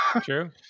True